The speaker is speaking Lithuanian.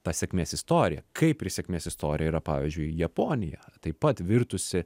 ta sėkmės istorija kaip ir sėkmės istorija yra pavyzdžiui japonija taip pat virtusi